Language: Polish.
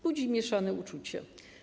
Budzi mieszane uczucia.